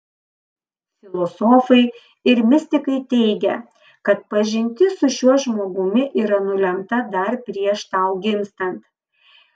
filosofai ir mistikai teigia kad pažintis su šiuo žmogumi yra nulemta dar prieš tau gimstant